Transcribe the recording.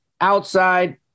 outside